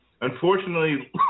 Unfortunately